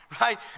right